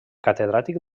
catedràtic